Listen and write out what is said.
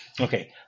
Okay